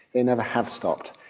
they never have stopped.